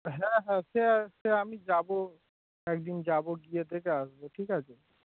হ্যাঁ হ্যাঁ সে সে আমি যাবো একদিন যাবো গিয়ে দেখে আসবো ঠিক আছে